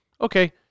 Okay